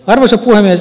arvoisa puhemies